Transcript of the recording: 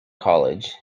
college